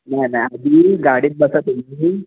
नाही नाही आपली गाडीत बसा तुम्ही